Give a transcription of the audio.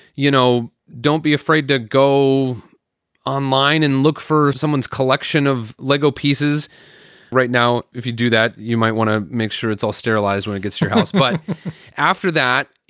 you know, don't be afraid to go online and look for someone's collection of lego pieces right now. if you do that, you might want to make sure it's all sterilised when it gets your house. but after that,